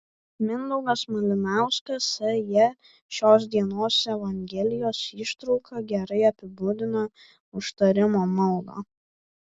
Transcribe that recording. mindaugas malinauskas sj šios dienos evangelijos ištrauka gerai apibūdina užtarimo maldą